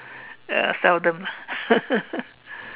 uh seldom lah